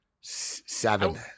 Seven